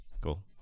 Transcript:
Cool